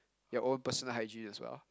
your own personal hygiene as well